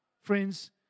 friends